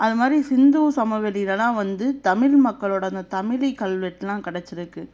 அது மாதிரி சிந்து சமவெளிலெலாம் வந்து தமிழ் மக்களோடய அந்த தமிழ் கல்வெட்டெலாம் கெடைச்சிருக்கு